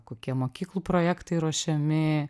kokie mokyklų projektai ruošiami